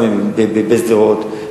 שפתח משרד בתקופת ה"קסאמים" בשדרות,